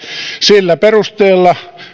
sillä perusteella